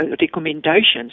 recommendations